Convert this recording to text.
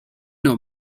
نوع